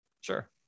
Sure